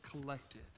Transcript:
collected